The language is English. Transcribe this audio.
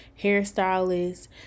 hairstylist